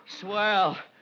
Swell